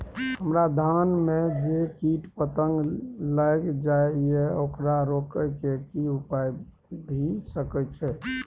हमरा धान में जे कीट पतंग लैग जाय ये ओकरा रोके के कि उपाय भी सके छै?